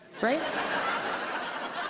right